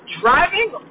driving